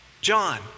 John